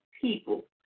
people